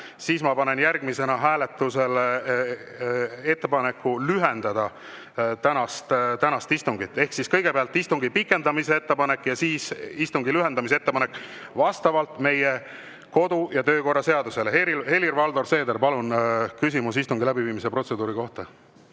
ei lähe, panen ma järgmisena hääletusele ettepaneku lühendada tänast istungit. Kõigepealt istungi pikendamise ettepanek ja siis istungi lühendamise ettepanek vastavalt meie kodu- ja töökorra seadusele. Helir-Valdor Seeder, palun, küsimus istungi läbiviimise protseduuri kohta!